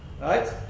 right